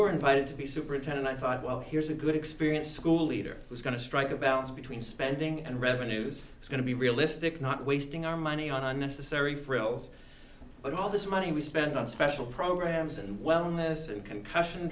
were invited to be superintendent i thought well here's a good experience school leader who's going to strike a balance between spending and revenues it's going to be realistic not wasting our money on unnecessary frills but all this money we spent on special programs and wellness and concussion